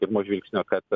pirmo žvilgsnio kad